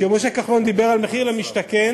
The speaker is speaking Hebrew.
כשמשה כחלון דיבר על מחיר למשתכן,